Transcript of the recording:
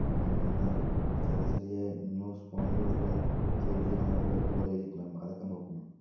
അതുപോലെ പിന്നെ ചെറിയ ചെറിയ ന്യൂസ് പോയിൻ്റുകളൊക്കെ സൈഡിലിങ്ങനെ ഓരോ ഇതുപോലെ എഴുതിയിട്ടുണ്ടാകും അതൊക്കെ നോക്കും